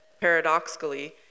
paradoxically